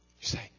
say